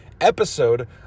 episode